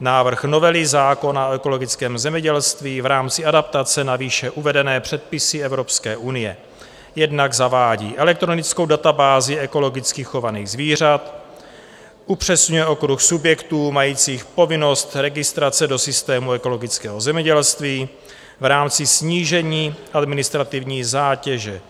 Návrh novely zákona o ekologickém zemědělství v rámci adaptace na výše uvedené předpisy Evropské unie jednak zavádí elektronickou databázi ekologicky chovaných zvířat, upřesňuje okruh subjektů majících povinnost registrace do systému ekologického zemědělství v rámci snížení administrativní zátěže,